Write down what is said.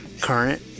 current